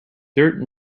dirt